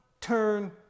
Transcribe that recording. turn